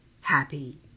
happy